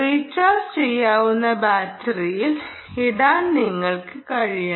recharge ചെയ്യാവുന്ന ബാറ്ററിയിൽ ഇടാൻ നിങ്ങൾക്ക് കഴിയണം